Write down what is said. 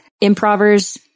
improvers